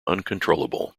uncontrollable